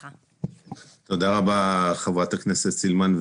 תודה רבה, חברת הכנסת סילמן.